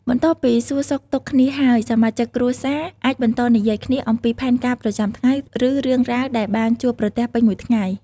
បន្ទាប់ពីសួរសុខទុក្ខគ្នាហើយ សមាជិកគ្រួសារអាចបន្តនិយាយគ្នាអំពីផែនការប្រចាំថ្ងៃ ឬរឿងរ៉ាវដែលបានជួបប្រទះពេញមួយថ្ងៃ។